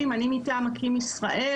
מטעם אקי"ם ישראל,